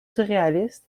surréaliste